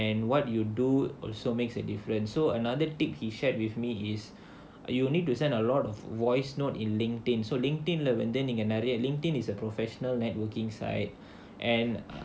and what you do also makes a difference so another thing he shared with me is uh you need to send a lot of voice note in linked in so linked in lah வந்து நீங்க நிறைய:vandhu neenga niraiya linked in is a professional networking site and